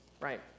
right